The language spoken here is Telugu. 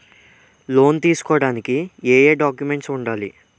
లోన్ తీసుకోడానికి ఏయే డాక్యుమెంట్స్ వుండాలి?